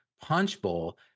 Punchbowl